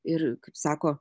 ir kaip sako